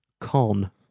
Con